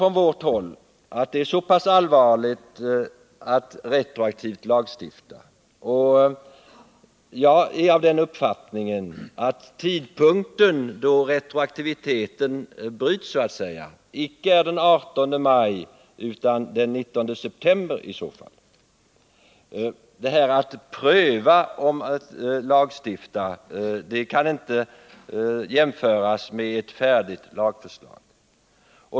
På vårt håll tycker vi att det är allvarligt att lagstifta retroaktivt. Jag är av den uppfattningen att den tidpunkt då retroaktiviteten så att säga bryts i så fall icke är den 18 maj utan den 19 september. Detta att pröva att lagstifta kan inte jämföras med ett färdigt lagförslag.